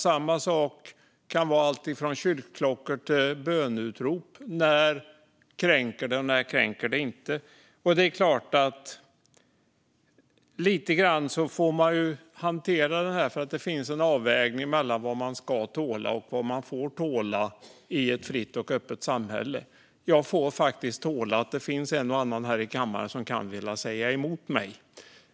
Samma sak kan gälla allt från kyrkklockor till böneutrop. När kränker det och när kränker det inte? Lite grann får man ändå hantera att det finns en avvägning mellan vad man ska tåla och vad man får tåla i ett fritt och öppet samhälle. Jag får faktiskt tåla att det finns en och annan här i kammaren som kan vilja säga emot mig.